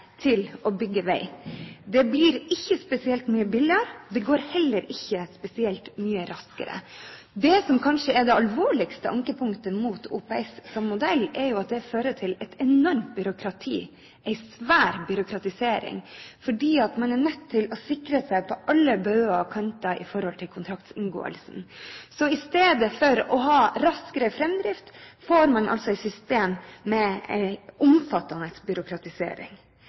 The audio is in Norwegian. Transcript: til å bygge vei. Det blir ikke spesielt mye billigere. Det går heller ikke spesielt mye raskere. Det som kanskje er det alvorligste ankepunktet mot OPS som modell, er at det fører til et enormt byråkrati, en svær byråkratisering, fordi man er nødt til å sikre seg på alle bauger og kanter når det gjelder kontraktsinngåelsen. I stedet for å ha raskere framdrift får man altså et system med omfattende byråkratisering.